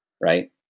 right